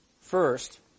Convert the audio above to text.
First